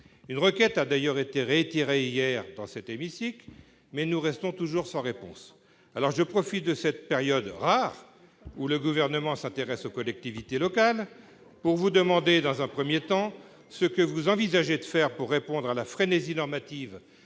en ce sens a d'ailleurs été réitérée hier dans cet hémicycle, mais nous restons toujours sans réponse. Je profite donc de cette période rare où le Gouvernement s'intéresse aux collectivités locales pour vous demander, dans un premier temps, ce que vous envisagez de faire pour répondre à la frénésie normative